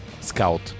scout